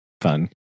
fun